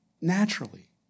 naturally